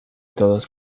todos